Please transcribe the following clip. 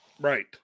Right